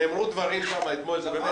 נאמרו שם דברים אתמול -- נכון,